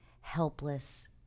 helpless